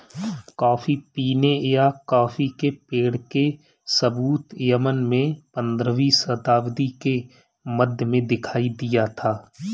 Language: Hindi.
कॉफी पीने या कॉफी के पेड़ के सबूत यमन में पंद्रहवी शताब्दी के मध्य में दिखाई दिया था